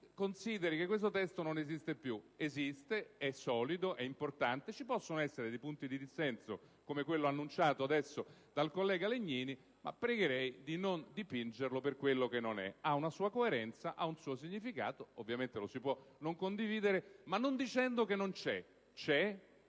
consideri questo testo come se non esistesse più: esiste, è solido, è importante; ci possono essere punti di dissenso, come quello annunciato adesso dal collega Legnini, ma pregherei di non dipingerlo per quello che non è. Ha una sua coerenza e un suo significato; ovviamente lo si può non condividere, ma non affermando che non c'è. C'è,